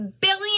billion